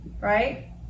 right